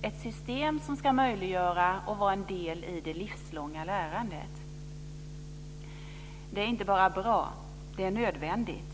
Det är ett system som ska möjliggöra och vara en del i det livslånga lärandet. Det är inte bara bra - det är nödvändigt,